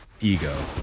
ego